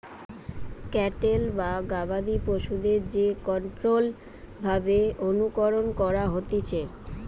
cattle বা গবাদি পশুদের যে কন্ট্রোল্ড ভাবে অনুকরণ করা হতিছে